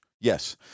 yes